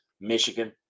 Michigan